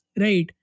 Right